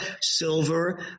silver